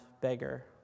beggar